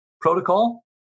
protocol